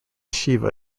shiva